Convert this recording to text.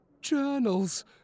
Journals